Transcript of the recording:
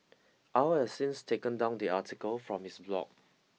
Au has since taken down the article from his blog